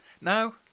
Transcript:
now